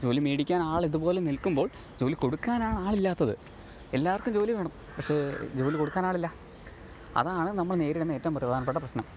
ജോലി മേടിക്കാൻ ആൾ അതു പോലെ നിൽക്കുമ്പോൾ ജോലി കൊടുക്കാനാണ് ആൾ ഇല്ലാത്തത് എല്ലാവർക്കും ജോലി വേണം പക്ഷേ ജോലി കൊടുക്കാൻ ആളില്ല അതാണ് നമ്മൾ നേരിടുന്ന ഏറ്റവും പ്രധാനപ്പെട്ട പ്രശ്നം